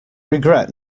regret